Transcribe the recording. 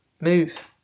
move